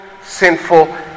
sinful